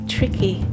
Tricky